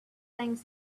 things